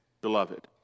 beloved